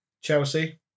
Chelsea